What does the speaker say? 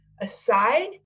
aside